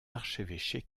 archevêché